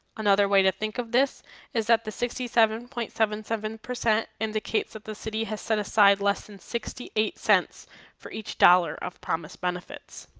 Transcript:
another way to think of this is that the sixty seven point seven seven percent indicates that the city has set aside less than sixty-eight cents for each dollar of promised benefits.